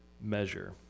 measure